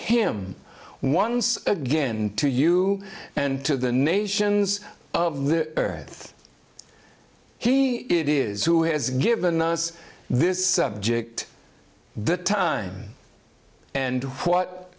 him once again to you and to the nations of the earth he it is who has given us this subject the time and what